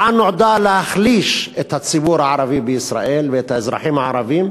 ההצעה נועדה להחליש את הציבור הערבי בישראל ואת האזרחים הערבים,